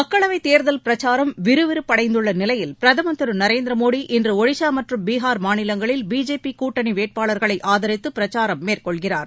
மக்களவைத் தேர்தல் பிரச்சாரம் விறுவிறுப்படைந்துள்ள நிலையில் பிரதமர் திரு நரேந்திர மோடி இன்று ஒடிசா மற்றும் பீகார் மாநிலங்களில் பிஜேபி கூட்டணி வேட்பாளர்களை ஆதரித்து பிரச்சாரம் மேற்கொள்கிறார்